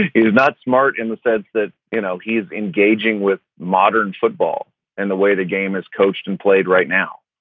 is not smart in the sense that, you know, he is engaging with modern football and the way the game is coached and played right now,